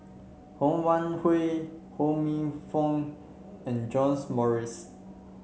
Ho Wan Hui Ho Minfong and John's Morrice